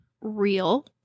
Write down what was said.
real